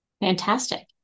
Fantastic